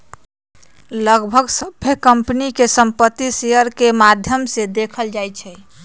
लगभग सभ्भे कम्पनी के संपत्ति शेयर के माद्धम से देखल जाई छई